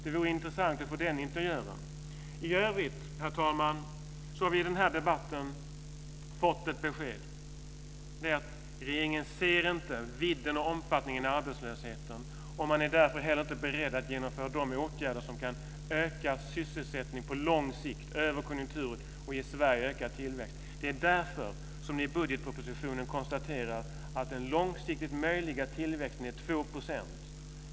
Det vore intressant att få den interiören. I övrigt, herr talman, har vi i den här debatten fått beskedet att regeringen inte ser vidden och omfattningen av arbetslösheten och att man därför inte heller är beredd att genomföra de åtgärder som kan öka sysselsättningen på lång sikt över konjunkturen och ge Sverige ökad tillväxt. Det är därför som ni i budgetpropositionen konstaterar att den långsiktigt möjliga tillväxten är 2 %.